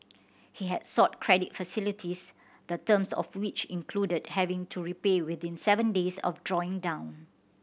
he had sought credit facilities the terms of which included having to repay within seven days of drawing down